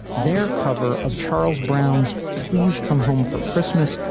their cover of charles brown's please come home for christmas.